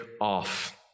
off